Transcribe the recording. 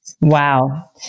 Wow